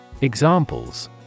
Examples